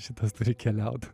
šitas turi keliaut